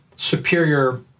Superior